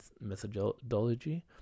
methodology